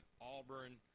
Auburn